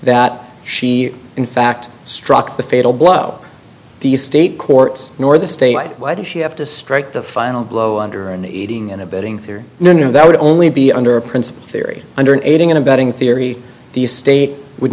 that she in fact struck the fatal blow the state courts nor the state why did she have to strike the final blow under an eating and abetting here none of that would only be under a principle theory under aiding and abetting theory the state would